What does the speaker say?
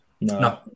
No